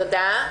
תודה.